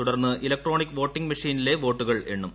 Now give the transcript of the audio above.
തുടർന്ന് electronic voting മെഷീനിലെ വോട്ടുകൾ എണ്ണും